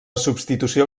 substitució